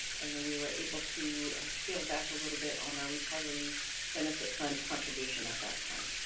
and then we were able to scale back a little bit on our retiree benefit fund contribution at that time.